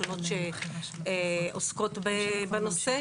תוספת תרופות